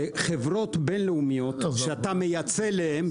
שחברות בינלאומיות שאתה מייצא להן,